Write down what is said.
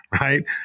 right